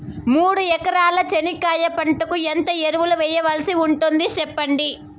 మూడు ఎకరాల చెనక్కాయ పంటకు ఎంత ఎరువులు వేయాల్సి ఉంటుంది సెప్పండి?